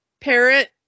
parrot